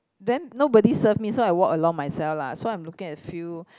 then nobody serve me so I walk along myself lah so I'm looking at few